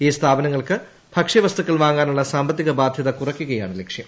ഈ സ്ഥാപനങ്ങൾക്ക് ഭക്ഷ്യവസ്തുക്കൾ വാങ്ങാനുള്ള സാമ്പത്തിക ബാധ്യത കുറയ്ക്കുകയാണ് ലക്ഷ്യം